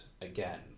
again